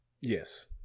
yes